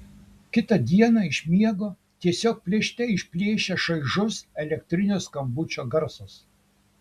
kitą dieną iš miego tiesiog plėšte išplėšia šaižus elektrinio skambučio garsas